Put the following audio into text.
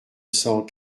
cent